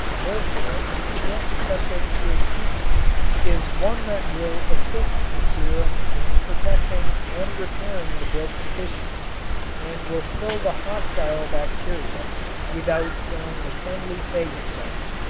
therefore the antiseptic he is seeking is one that will assist the serum in protecting and repairing the broken tissues and will kill the hostile bacteria without killing the friendly phagocytes.